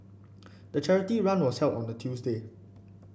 the charity run was held on a Tuesday